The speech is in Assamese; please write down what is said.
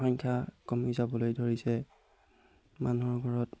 সংখ্যা কমি যাবলৈ ধৰিছে মানুহৰ ঘৰত